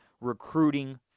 recruiting